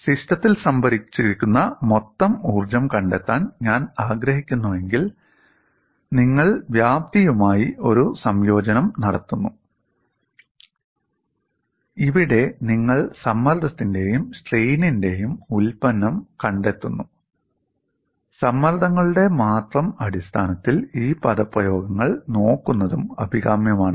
സിസ്റ്റത്തിൽ സംഭരിച്ചിരിക്കുന്ന മൊത്തം ഊർജ്ജം കണ്ടെത്താൻ ഞാൻ ആഗ്രഹിക്കുന്നുവെങ്കിൽ നിങ്ങൾ വ്യാപ്തിയുമായി ഒരു സംയോജനം നടത്തുന്നു ഇവിടെ നിങ്ങൾ സമ്മർദ്ദത്തിന്റെയും സ്ട്രെയിൻറെയും വലിവ് ഉൽപ്പന്നം കണ്ടെത്തുന്നു സമ്മർദ്ദങ്ങളുടെ മാത്രം അടിസ്ഥാനത്തിൽ ഈ പദപ്രയോഗങ്ങൾ നോക്കുന്നതും അഭികാമ്യമാണ്